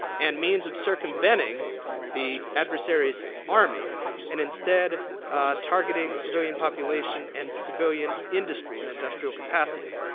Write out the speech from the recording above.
and means of circumventing the adversaries army and instead targeting civilian population and civilian industry and industrial capacity.